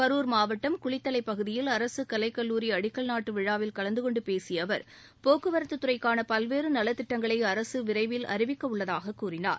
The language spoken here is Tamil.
கரூர் மாவட்டம் குளித்தலை பகுதியில் அரசு கலைக் கல்லூரி அடிக்கல் நாட்டு விழாவில் கலந்து கொண்டு பேசிய அவர் போக்குவரத்தத் துறைக்கான பல்வேறு நலத்திட்டங்களை அரசு விரைவில் அறிவிக்க உள்ளதாகக் கூறினார்